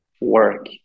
work